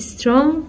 Strong